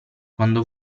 quando